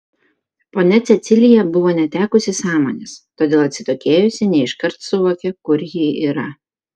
ponia cecilija buvo netekusi sąmonės todėl atsitokėjusi ne iškart suvokė kur ji yra